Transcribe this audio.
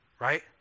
Right